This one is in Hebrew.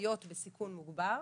אוכלוסיות בסיכון מוגבר,